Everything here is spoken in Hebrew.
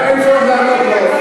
לא, אין צורך לענות לו.